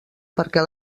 perquè